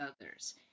others